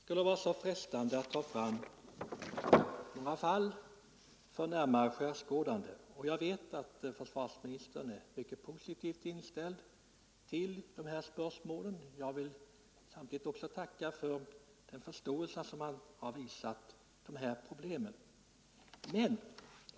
Herr talman! Det skulle vara frestande att ta fram några fall till närmare skärskådande. Jag vet att försvarsministern är mycket positivt inställd till att behandla dessa spörsmål, och jag vill tacka för den förståelse som försvarsministern visat för de här problemen.